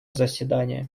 заседание